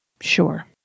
Sure